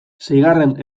seigarren